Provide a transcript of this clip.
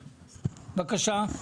בבקשה.